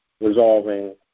resolving